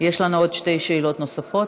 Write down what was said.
יש לנו עוד שתי שאלות נוספות.